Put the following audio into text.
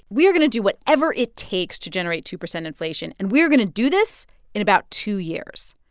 we are going to do whatever it takes to generate two percent inflation, and we're going to do this in about two years.